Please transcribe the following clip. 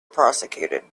prosecuted